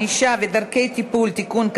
ענישה ודרכי טיפול) (תיקון,